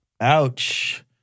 Ouch